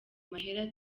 mahera